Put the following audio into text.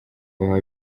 baba